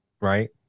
Right